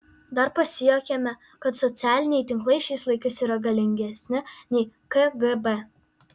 dar pasijuokėme kad socialiniai tinklai šiais laikais yra galingesni nei kgb